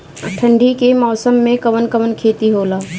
ठंडी के मौसम में कवन कवन खेती होला?